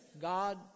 God